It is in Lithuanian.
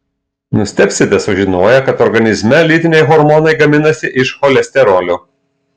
nustebsite sužinoję kad organizme lytiniai hormonai gaminasi iš cholesterolio